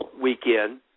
weekend